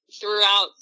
throughout